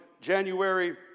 January